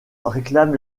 réclame